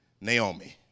Naomi